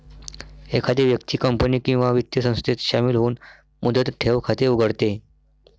एखादी व्यक्ती कंपनी किंवा वित्तीय संस्थेत शामिल होऊन मुदत ठेव खाते उघडते